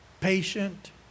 patient